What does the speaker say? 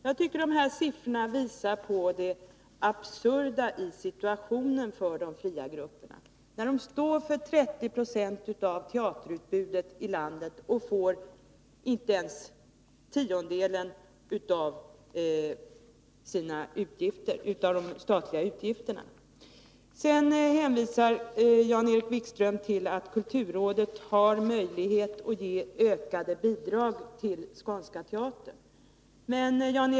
Jag tycker att de här siffrorna visar på det absurda i situationen för de fria grupperna. De står för 30 70 av teaterutbudet i landet och får inte ens tiondelen av sina utgifter täckta genom det statliga bidraget. Sedan hänvisar Jan-Erik Wikström till att kulturrådet har möjlighet att ge ökade bidrag till Skånska Teatern.